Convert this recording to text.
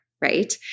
right